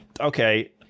okay –